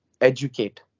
educate